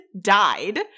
died